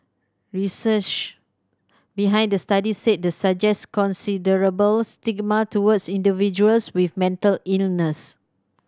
research behind the study said this suggests considerable stigma towards individuals with mental illness